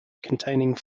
containing